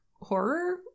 horror